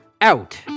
out